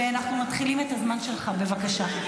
ואנחנו מתחילים את הזמן שלך, בבקשה.